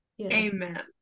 Amen